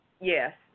Yes